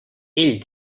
ell